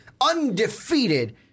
undefeated